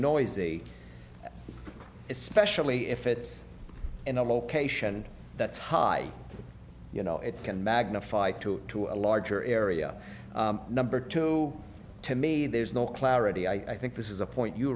noisy especially if it's in a location that's high you know it can magnify to to a larger area number two to me there's no clarity i think this is a point you